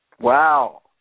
Wow